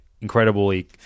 incredibly